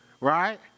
Right